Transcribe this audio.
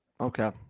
Okay